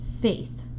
faith